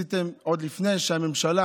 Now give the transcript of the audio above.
עוד לפני שהממשלה